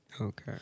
Okay